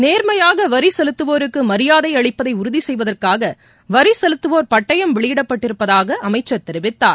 நேர்மையாக வரி செலுத்துவோருக்கு மரியாதை அளிப்பதை உறுதி செய்வதற்காக வரி செலுத்துவோர் பட்டயம் வெளியிடப்பட்டிருப்பதாக அமைச்சர் தெரிவித்தார்